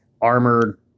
armored